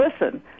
listen